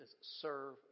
serve